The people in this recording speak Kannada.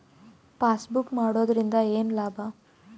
ಪಾಸ್ಬುಕ್ ಮಾಡುದರಿಂದ ಏನು ಲಾಭ?